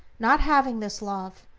not having this love,